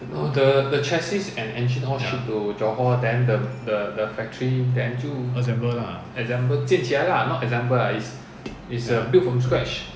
ya assemble lah